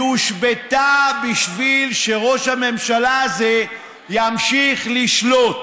היא הושבתה בשביל שראש הממשלה הזה ימשיך לשלוט,